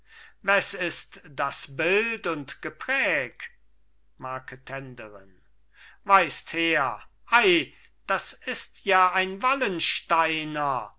wes ist das bild und gepräg marketenderin weist her ei das ist ja ein wallensteiner